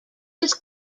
was